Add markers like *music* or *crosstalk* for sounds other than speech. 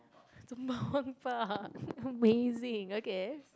Sembawang Park *laughs* amazing okay